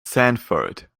sanford